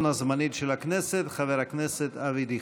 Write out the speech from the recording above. הזמנית של הכנסת חבר הכנסת אבי דיכטר.